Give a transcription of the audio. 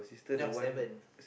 ya seven